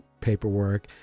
paperwork